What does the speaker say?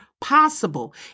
possible